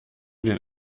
den